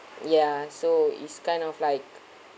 ya so is kind of like